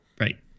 Right